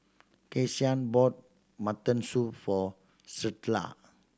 Kyson bought mutton soup for Starla